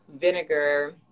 vinegar